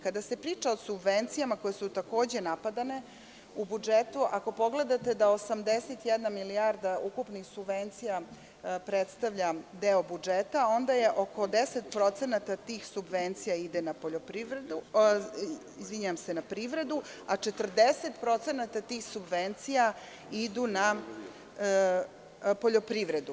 Kada se priča o subvencijama, koje su takođe napadane, u budžetu, ako pogledate da 81 milijarda ukupnih subvencija predstavlja deo budžeta, onda je oko 10% tih subvencija ide na privredu, a 40% tih subvencija idu na poljoprivredu.